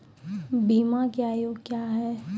बीमा के आयु क्या हैं?